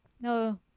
No